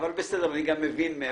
אבל נמצא את עצמנו מקללים בטווח הארוך.